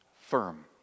firm